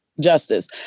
justice